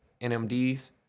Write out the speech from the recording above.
NMDs